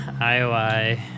IOI